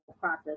process